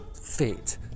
fit